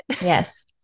Yes